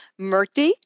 Murthy